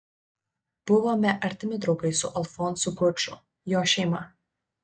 buvome artimi draugai su alfonsu guču jo šeima